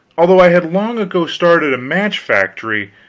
although i had long ago started a match factory,